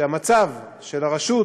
שהמצב של הרשות